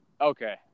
Okay